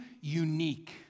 unique